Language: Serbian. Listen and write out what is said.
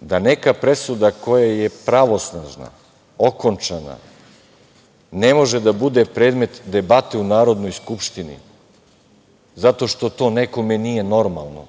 da neka presuda koja je pravosnažna, okončana, ne može da bude predmet debate u Narodnoj skupštini zato što to nekome nije normalno.